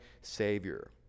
savior